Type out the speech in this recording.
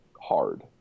hard